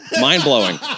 mind-blowing